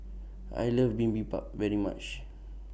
I like Bibimbap very much